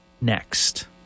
next